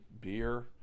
beer